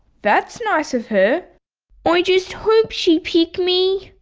that's nice of her i just hope she pick me.